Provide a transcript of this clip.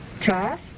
Charles